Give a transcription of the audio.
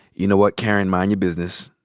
you know what, karen? mind your business.